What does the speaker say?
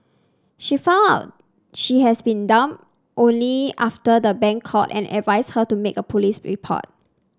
she found out she had been duped only after the bank called and advised her to make a police report